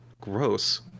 gross